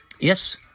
Yes